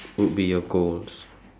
would be your goals